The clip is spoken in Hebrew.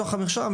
בתוך המרשם,